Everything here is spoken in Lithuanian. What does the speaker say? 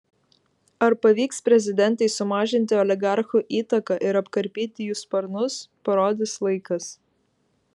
ar pavyks prezidentei sumažinti oligarchų įtaką ir apkarpyti jų sparnus parodys laikas